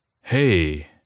Hey